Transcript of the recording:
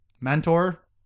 mentor